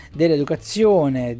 dell'educazione